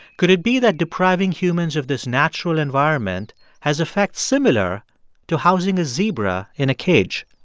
could it be that depriving humans of this natural environment has effects similar to housing a zebra in a cage?